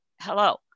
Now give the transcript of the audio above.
hello